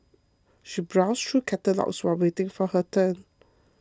she browsed through the catalogues while waiting for her turn